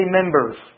members